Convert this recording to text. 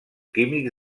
químics